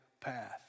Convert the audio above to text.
path